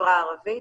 מהחברה הערבית.